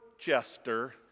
jester